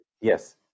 yes